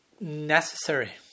necessary